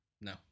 No